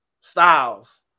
Styles